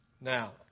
Now